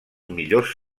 millors